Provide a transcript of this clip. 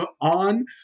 on